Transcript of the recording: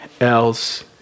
else